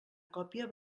còpia